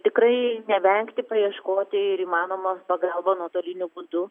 tikrai nevengti paieškoti ir įmanoma pagalba nuotoliniu būdu